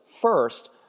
first